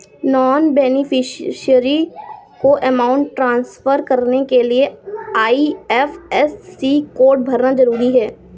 non beneficiary को amount transfer करने के लिए आई.एफ.एस.सी कोड भरना जरूरी है